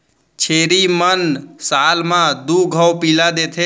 छेरी मन साल म दू घौं पिला देथे